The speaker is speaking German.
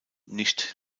nicht